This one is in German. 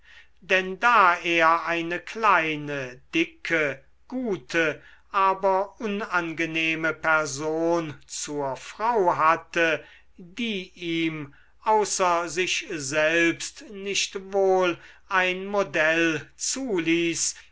denn da er eine kleine dicke gute aber unangenehme person zur frau hatte die ihm außer sich selbst nicht wohl ein modell zuließ